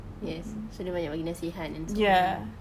yes so dia banyak bagi nasihat and so on lah